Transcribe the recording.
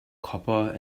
copper